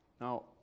now